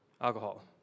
alcohol